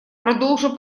продолжу